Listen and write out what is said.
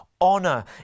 honor